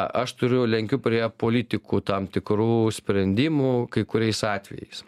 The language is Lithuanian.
aš turiu lenkiu prie politikų tam tikrų sprendimų kai kuriais atvejais